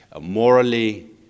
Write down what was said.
morally